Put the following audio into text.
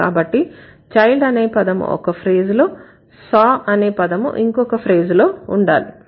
కాబట్టి Child అనే పదము ఒక ఫ్రేజ్ లో saw అనే పదము ఇంకొక ఫ్రేజ్ లో ఉండాలి